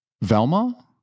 Velma